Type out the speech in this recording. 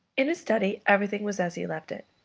in his study everything was as he left it.